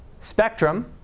spectrum